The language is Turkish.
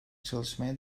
çalışmaya